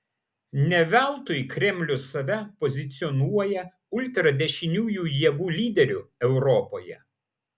ne veltui kremlius save pozicionuoja ultradešiniųjų jėgų lyderiu europoje